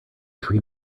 three